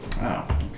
Wow